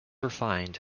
refined